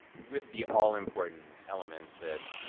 with the all-important element that,